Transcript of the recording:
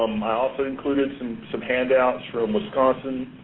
um i also included some some handouts from wisconsin.